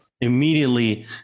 immediately